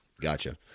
Gotcha